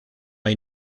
hay